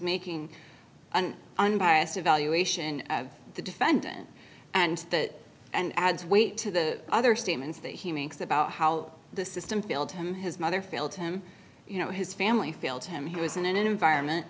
making an unbiased evaluation of the defendant and that and adds weight to the other statements that he makes about how the system failed him his mother failed him you know his family failed him he was in an environment